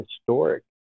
historic